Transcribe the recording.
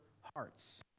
hearts